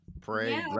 pray